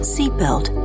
Seatbelt